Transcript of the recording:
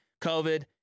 COVID